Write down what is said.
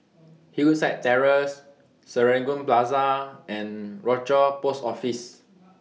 Hillside Terrace Serangoon Plaza and Rochor Post Office